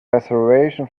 reservation